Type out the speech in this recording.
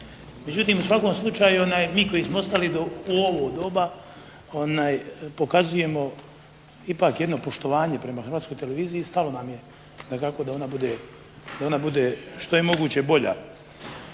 Međutim u svakom slučaju mi koji smo ostali u ovo doba pokazujemo ipak jedno poštovanje prema Hrvatskoj televiziji i stalo nam je dakako da ona bude što je moguće bolja.